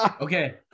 Okay